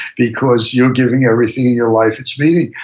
because you're giving everything in your life its meaning.